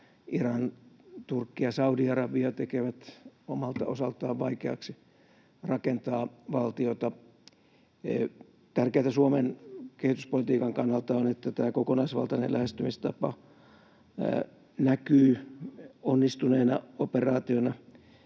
Iran, Turkki ja Saudi-Arabia tekevät omalta osaltaan vaikeaksi rakentaa valtiota. Tärkeätä Suomen kehityspolitiikan kannalta on, että tämä kokonaisvaltainen lähestymistapa näkyy onnistuneena operaationa.